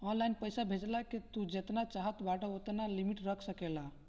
online पईसा भेजला के तू जेतना चाहत बाटअ ओतना लिमिट रख सकेला